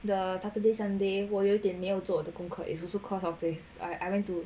the saturday sunday 我有点没有做的功课 is also cause of this I I went to